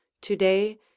today